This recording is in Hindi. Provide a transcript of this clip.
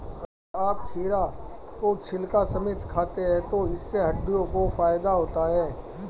अगर आप खीरा को छिलका समेत खाते हैं तो इससे हड्डियों को फायदा होता है